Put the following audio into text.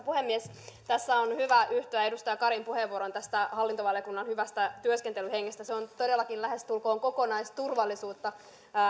puhemies tässä on hyvä yhtyä edustaja karin puheenvuoroon hallintovaliokunnan hyvästä työskentelyhengestä se on todellakin lähestulkoon kokonaisturvallisuutta